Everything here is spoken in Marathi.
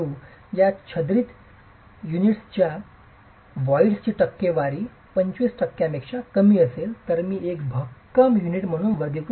या छिद्रित युनिट्स जर व्हॉईडची टक्केवारी 25 टक्क्यांपेक्षा कमी असेल तर मी त्यास एक भक्कम युनिट म्हणून वर्गीकृत करेन